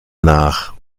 nach